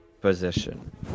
position